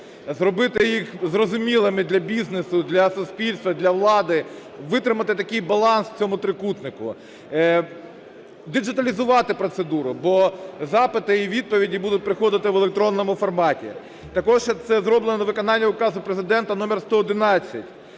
зробити їх зрозумілими для бізнесу, для суспільства, для влади, витримати такий баланс у цьому трикутнику. Діджиталізувати процедуру, бо запити і відповіді будуть приходити в електронному форматі. Також це зроблено на виконання Указу Президента номер 111,